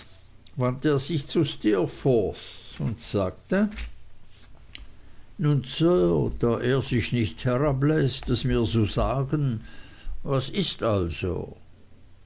wandte er sich zu steerforth und sagte nun sir da er sich nicht herabläßt es mir zu sagen was ist also